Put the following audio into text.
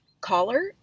collar